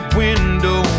window